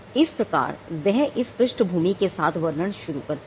इस प्रकार वह इस पृष्ठभूमि के साथ वर्णन शुरू करता है